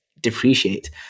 depreciate